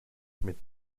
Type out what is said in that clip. mit